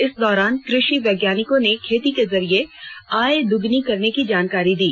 इस दौरान कृषि वैज्ञानिकों ने खेती के जरिए आय दुगुनी करने की जानकारी दी